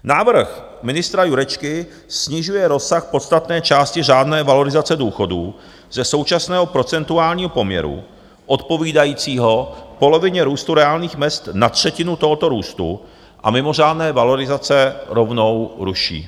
Návrh ministra Jurečky snižuje rozsah podstatné části řádné valorizace důchodů ze současného procentuálního poměru odpovídajícího polovině růstu reálných mezd na třetinu tohoto růstu a mimořádné valorizace rovnou ruší.